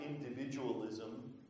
individualism